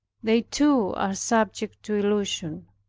they too are subject to illusion